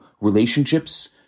relationships